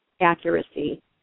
accuracy